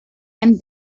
and